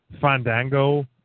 Fandango